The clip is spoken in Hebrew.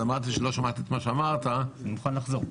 אז אמרתי שלא שמעתי את מה שאמרת -- אני מוכן לחזור.